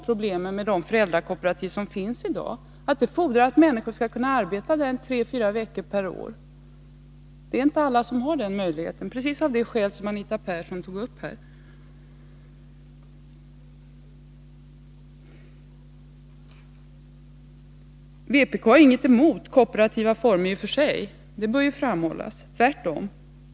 Problemen med de föräldrakooperativ som finns i dag är just att de fordrar att föräldrarna skall kunna arbeta där 34 veckor per år. Det är inte alla som har den möjligheten, precis av de skäl som Anita Persson nämnde här. Vpk har inget emot kooperativa former i och för sig, vilket bör framhållas. Tvärtom.